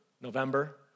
November